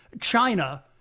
China